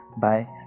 bye